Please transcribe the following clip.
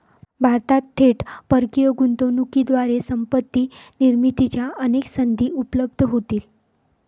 भारतात थेट परकीय गुंतवणुकीद्वारे संपत्ती निर्मितीच्या अनेक संधी उपलब्ध होतील